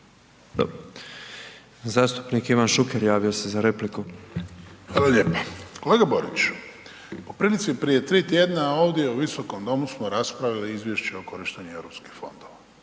Hvala. Zastupnik Ivan Šuker javio se za repliku. **Šuker, Ivan (HDZ)** Hvala lijepo. Kolega Boriću, po prilici prije 3 tj. ovdje u Visokom domu smo raspravili izvješće o korištenju europskih fondova.